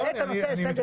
נעלה את הנושא לסדר-היום.